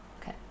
Okay